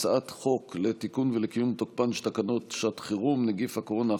הצעת חוק לתיקון ולקיום תוקפן של תקנות שעת חירום (נגיף הקורונה החדש,